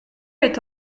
est